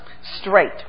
straight